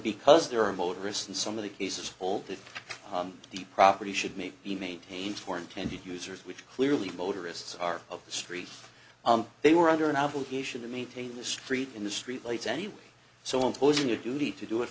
because there are motorists in some of the cases all that the property should meet be maintained for intended users which clearly motorists are of the street they were under an obligation to maintain the street in the street lights anyway so imposing a duty to do it